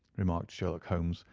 remarked sherlock holmes,